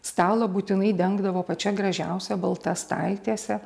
stalą būtinai dengdavo pačia gražiausia balta staltiese